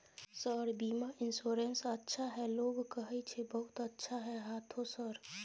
Sir बीमा insurance अच्छा है लोग कहै छै बहुत अच्छा है हाँथो सर?